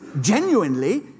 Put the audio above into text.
genuinely